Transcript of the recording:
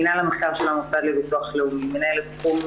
לנו קצת